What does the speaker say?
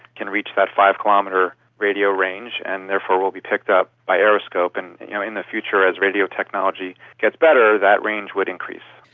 can reach that five-kilometre radio range and therefore will be picked up by aeroscope. and you know in the future as radio technology gets better, that range would increase.